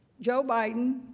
joe biden,